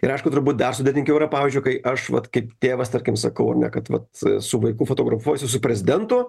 ir aišku turbūt dar sudėtingiau yra pavyzdžiui kai aš vat kaip tėvas tarkim sakau kad vat su vaiku fotografuosiu su prezidentu